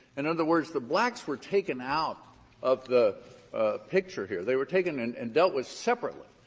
in other words, the blacks were taken out of the picture here. they were taken and and dealt with separately.